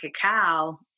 cacao